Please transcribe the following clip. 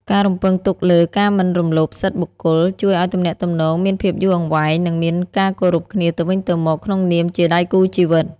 ការរំពឹងទុកលើ "ការមិនរំលោភសិទ្ធិបុគ្គល" ជួយឱ្យទំនាក់ទំនងមានភាពយូរអង្វែង និងមានការគោរពគ្នាទៅវិញទៅមកក្នុងនាមជាដៃគូជីវិត។